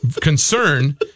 concern